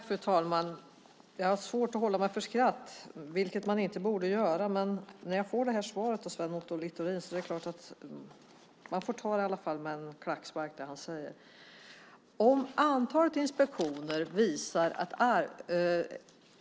Fru talman! Jag har svårt att hålla mig för skratt. Men man borde inte skratta. Men när jag får detta svar från Sven Otto Littorin får jag ta det som han säger med en klackspark.